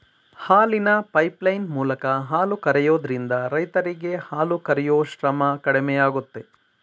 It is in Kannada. ಹಾಲಿನ ಪೈಪ್ಲೈನ್ ಮೂಲಕ ಹಾಲು ಕರಿಯೋದ್ರಿಂದ ರೈರರಿಗೆ ಹಾಲು ಕರಿಯೂ ಶ್ರಮ ಕಡಿಮೆಯಾಗುತ್ತೆ